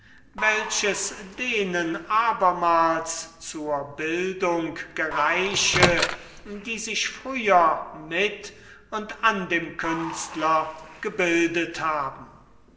welches denen abermals zur bildung gereiche die sich früher mit und an dem künstler gebildet haben